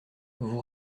vous